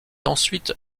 ensuite